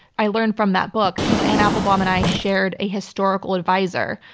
i learned from that book, because anne applebaum and i shared a historical advisor.